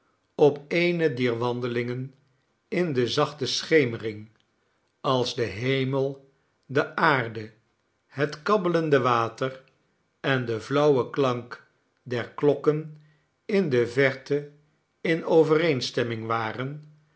op eehe dier wandelingen in de zachte schemering als de hemel de aarde het kabbelende water en de fiauwe klank der klokken in de verte in overeenstemming waren